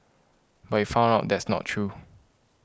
but we found out that's not true